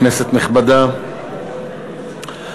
כנסת נכבדה,